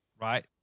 right